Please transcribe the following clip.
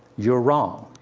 you're wrong.